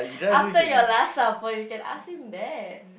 after your last supper you can ask him that